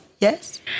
yes